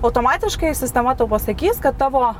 automatiškai sistema tau pasakys kad tavo